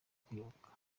kwibuka